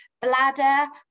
bladder